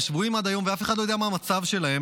והם שבויים עד היום ואף אחד לא יודע מה המצב שלהם,